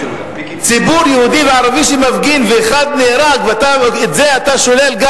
ציבור יהודי וערבי שמפגין ואחד נהרג ואת זה אתה גם שולל,